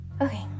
Okay